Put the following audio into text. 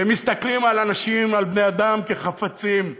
שמסתכלים על אנשים, על בני-אדם, כעל חפצים,